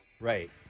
Right